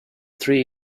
three